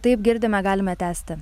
taip girdime galime tęsti